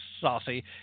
saucy